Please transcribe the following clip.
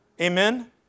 Amen